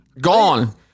Gone